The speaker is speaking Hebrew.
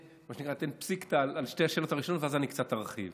מה שנקרא אתן פסיק על שתי השאלות הראשונות ואז אני קצת ארחיב.